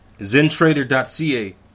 Zentrader.ca